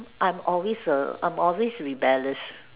I'm always err I'm always rebellious